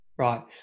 Right